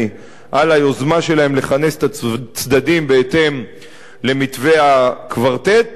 על היוזמה שלהם לכנס את הצדדים בהתאם למתווה הקוורטט,